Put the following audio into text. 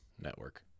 Network